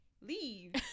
leave